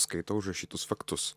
skaito užrašytus faktus